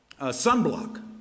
sunblock